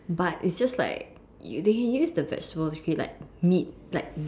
but it's just like they can use the vegetables if you like meat like